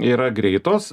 yra greitos